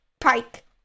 Pike